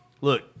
look